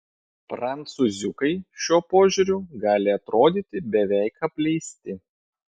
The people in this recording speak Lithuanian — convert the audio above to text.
prancūziukai šiuo požiūriu gali atrodyti beveik apleisti